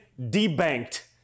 debanked